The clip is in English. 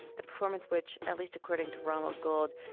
the performance which, at least according to ronald gold,